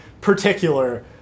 particular